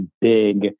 big